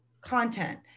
content